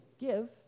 give